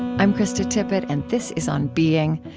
i'm krista tippett, and this is on being.